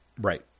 right